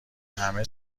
همه